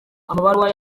amabaruwa